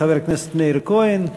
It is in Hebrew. חבר הכנסת מאיר כהן,